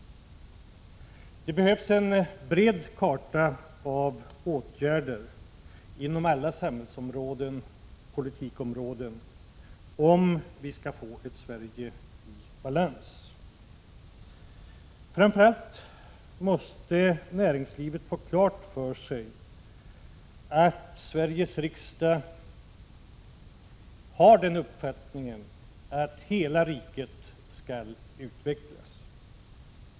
Det behövs en bred räcka av åtgärder inom alla samhällsområden och politikområden, om vi skall få ett Sverige i balans. Framför allt måste näringslivet få klart för sig att Sveriges riksdag har den uppfattningen att hela riket skall utvecklas.